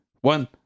one